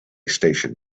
station